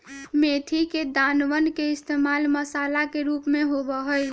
मेथी के दानवन के इश्तेमाल मसाला के रूप में होबा हई